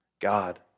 God